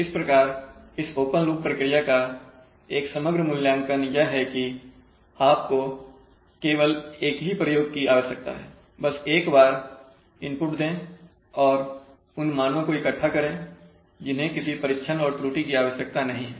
इस प्रकार इस ओपन लूप प्रक्रिया का एक समग्र मूल्यांकन यह है कि आपको केवल एक ही प्रयोग की आवश्यकता है बस एक बार एक इनपुट दें और उन मानों को इकट्ठा करें जिन्हें किसी परीक्षण और त्रुटि की आवश्यकता नहीं है